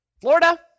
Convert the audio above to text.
Florida